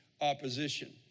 opposition